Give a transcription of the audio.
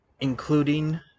including